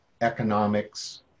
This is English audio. economics